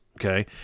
okay